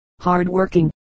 hard-working